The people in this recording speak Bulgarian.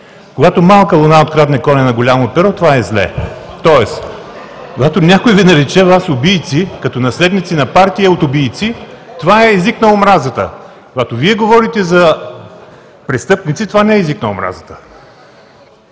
Когато Малка луна открадне коня на Голямо перо, това е зле, тоест, когато някой Ви нарече „убийци”, като наследници на партия от убийци, това е език на омразата, когато Вие говорите за престъпници, това не е език на омразата.